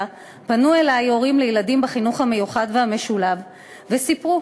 פנו אלי הורים לילדים בחינוך המיוחד והמשולב וסיפרו